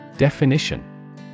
Definition